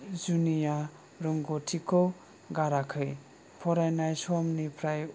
जुनिया रोंगौथिखौ गाराखै फरायनाय समनिफ्राय